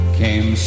came